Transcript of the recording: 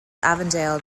avondale